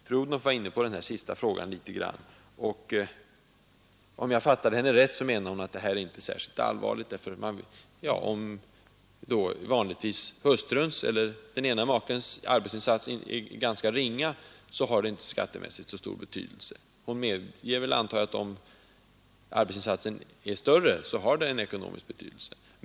Fru Odhnoff berörde den sista frågan något. Om jag fattade henne rätt menade hon att denna fråga inte är särskilt allvarlig, eftersom ena makens arbetsinsats kanske är ganska ringa och skattemässigt inte har så stor betydelse. Jag förmodar att hon medger, att om arbetsinsatsen är större har frågan en större ekonomisk betydelse.